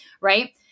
right